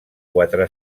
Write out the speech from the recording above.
quatre